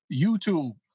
YouTube